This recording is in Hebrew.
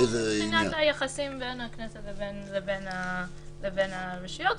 מבחינת היחסים בין הכנסת לבין הרשויות.